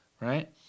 right